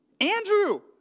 Andrew